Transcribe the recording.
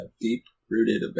deep-rooted